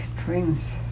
strings